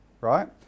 right